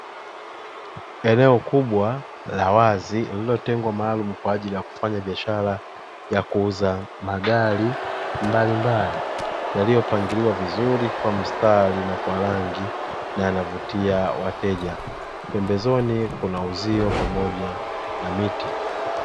Eneo kubwa la wazi lilirengwa maalumu kwajili ya kufanya biashara ya kuuza magari mbalimbali yaliyopangiliwa vizuri kwa mstari na kwa rangi na yanavutia wateja, pembezoni kuna uzio pamoja na miti.